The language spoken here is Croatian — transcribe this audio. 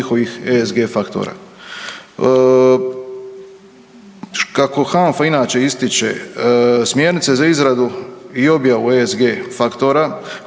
njihovih ESSG faktora. Kako HANFA inače ističe smjernice za izradu i objavu ESSG faktora